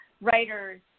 writers